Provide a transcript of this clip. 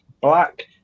black